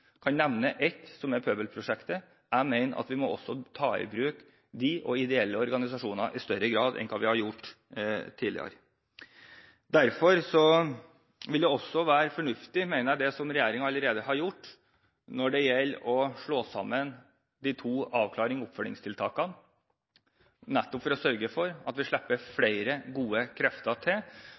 kan nevne Pøbelprosjektet – og jeg mener at vi må ta i bruk dem og ideelle organisasjoner i større grad enn vi har gjort tidligere. Derfor vil det også være fornuftig, mener jeg, det som regjeringen allerede har gjort når det gjelder å slå sammen de to avklarings- og oppfølgingstiltakene, nettopp for å sørge for at vi slipper flere gode krefter til.